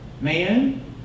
man